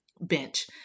bench